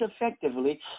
Effectively